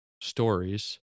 stories